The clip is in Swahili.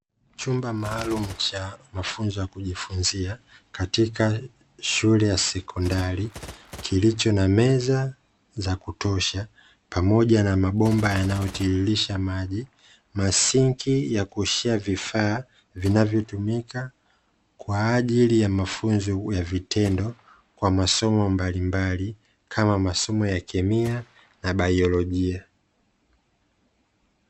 Chumba maalumu cha mafunzo ya kujifunzia katika shule ya sekondari kilicho na meza za kutosha, pamoja na mabomba yanayotiririsha maji na sinki la kuoshea vifaa vinavyotumika kwa ajili ya mafunzo ya vitendo kwa masomo mbalimbali kama masomo ya kemia na bailojia.